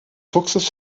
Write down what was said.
fuchses